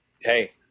hey